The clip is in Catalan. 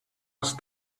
els